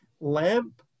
lamp